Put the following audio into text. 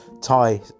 Thai